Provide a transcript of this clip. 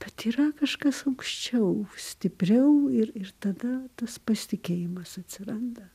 bet yra kažkas aukščiau stipriau ir ir tada tas pasitikėjimas atsiranda